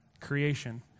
creation